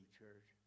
church